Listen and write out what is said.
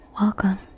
Welcome